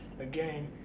Again